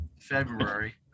February